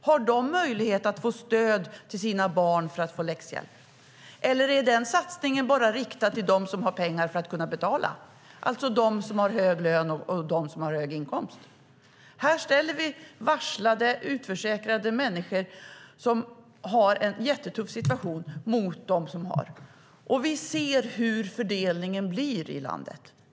Har de möjlighet att få stöd till sina barn för att få läxhjälp, eller är den satsningen riktad bara till dem som har pengar för att kunna betala, alltså dem som har hög lön och dem som har hög inkomst? Här ställer vi varslade, utförsäkrade människor som har en jättetuff situation mot dem som har. Vi ser hur fördelningen blir i landet.